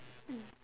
mm